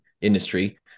industry